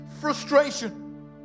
frustration